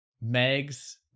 Meg's